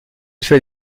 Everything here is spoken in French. fait